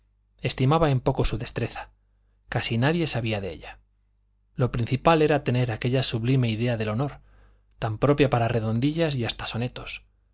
estimaba en poco su destreza casi nadie sabía de ella lo principal era tener aquella sublime idea del honor tan propia para redondillas y hasta sonetos